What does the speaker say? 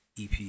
EP